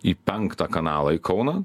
į penktą kanalą į kauną